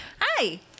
hi